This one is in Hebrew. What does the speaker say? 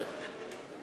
בבקשה.